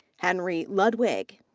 henry ludwig.